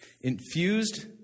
Infused